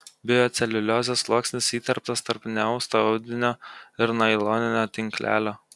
bioceliuliozės sluoksnis įterptas tarp neausto audinio ir nailoninio tinklelio